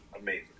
amazing